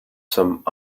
some